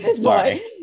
Sorry